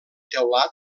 teulat